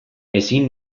ezin